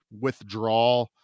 withdraw